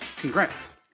Congrats